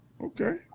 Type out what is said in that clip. Okay